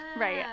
Right